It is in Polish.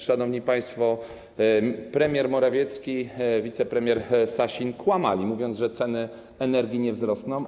Szanowni państwo, premier Morawiecki, wicepremier Sasin kłamali, mówiąc, że ceny energii nie wzrosną.